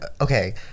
Okay